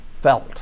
felt